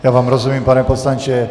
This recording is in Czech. Já vám rozumím, pane poslanče.